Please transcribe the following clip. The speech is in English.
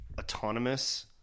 autonomous